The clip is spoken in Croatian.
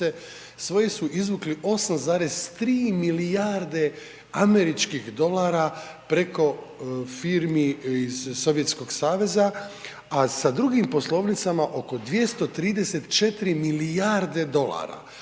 svojih su izvukli 8,3 milijarde američkih dolara preko firmi iz Sovjetskog saveza a sa drugim poslovnicama oko 234 milijarde dolara.